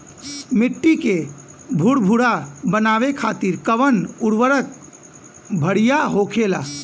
मिट्टी के भूरभूरा बनावे खातिर कवन उर्वरक भड़िया होखेला?